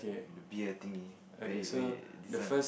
the beer thingy where very very this one